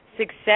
Success